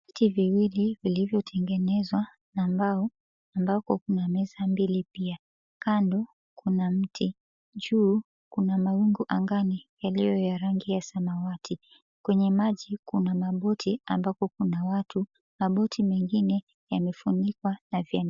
Viti viwili vilivyotengenezwa na mbao ambako kuna meza mbili pia. Kando kuna mti, juu kuna mawingu angani yaliyo ya rangi ya samawati. Kwenye maji kuna maboti ambako kuna watu. Maboti mengine yamefunikwa na.